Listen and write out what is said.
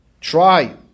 try